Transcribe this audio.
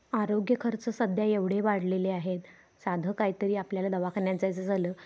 आरोग्य खर्च सध्या एवढे वाढलेले आहेत साधं कायतरी आपल्याला दवाखान्यात जायचं झालं